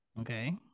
Okay